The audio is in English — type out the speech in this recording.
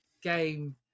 game